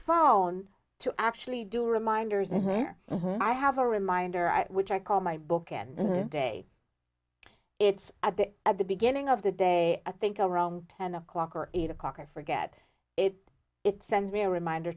phone to actually do reminders and there i have a reminder which i call my book and in a day it's at the at the beginning of the day i think around ten o'clock or eight o'clock i forget it it sends me a reminder